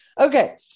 okay